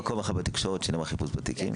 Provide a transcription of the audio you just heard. לי מקום אחד בתקשורת שנאמר חיפוש בתיקים.